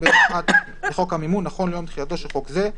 7ג(ב)(1) לחוק המימון נכון ליום תחילתו של חוק זה,